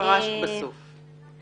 בסוף פרשת.